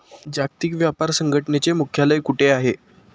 जागतिक व्यापार संघटनेचे मुख्यालय कुठे आहे?